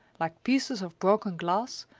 like pieces of broken glass,